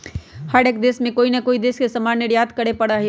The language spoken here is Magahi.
हर एक देश के कोई ना कोई देश से सामान निर्यात करे पड़ा हई